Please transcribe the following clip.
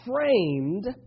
framed